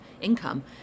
income